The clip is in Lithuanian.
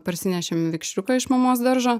parsinešėm vikšriuką iš mamos daržo